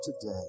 today